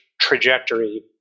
trajectory